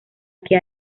que